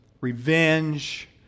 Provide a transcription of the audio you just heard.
revenge